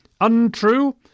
Untrue